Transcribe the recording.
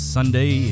Sunday